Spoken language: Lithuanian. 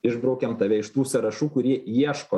išbraukiam tave iš tų sąrašų kurie ieško